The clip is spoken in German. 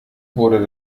wurde